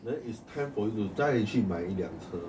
then it's time for you to 再去买一辆车